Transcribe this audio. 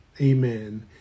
amen